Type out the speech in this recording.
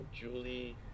Julie